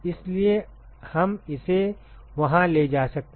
इसलिए हम इसे वहां ले जा सकते हैं